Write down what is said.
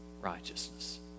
righteousness